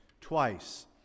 twice